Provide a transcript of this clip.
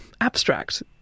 abstract